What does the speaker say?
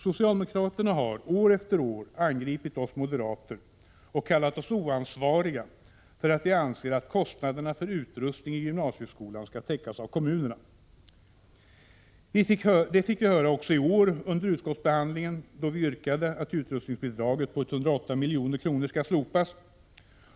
Socialdemokraterna har år efter år angripit oss moderater och kallat oss oansvariga, därför att vi anser att kostnaderna för utrustning i gymnasieskolan skall täckas av kommunerna. Det fick vi höra också i år under utskottsbehandlingen, då vi yrkade att utrustningsbidraget på 108 milj.kr. skall slopas.